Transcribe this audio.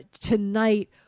tonight